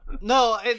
No